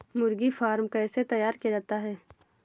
मुर्गी फार्म कैसे तैयार किया जाता है?